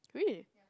really